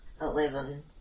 eleven